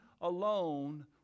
alone